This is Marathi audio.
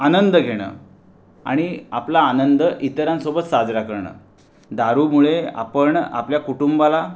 आनंद घेणं आणि आपला आनंद इतरांसोबत साजरा करणं दारूमुळे आपण आपल्या कुटुंबाला